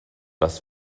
das